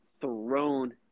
thrown